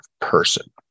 person